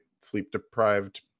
sleep-deprived